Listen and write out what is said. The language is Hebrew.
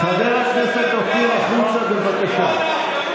חבר הכנסת אופיר, החוצה, בבקשה.